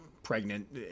pregnant